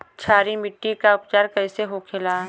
क्षारीय मिट्टी का उपचार कैसे होखे ला?